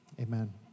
Amen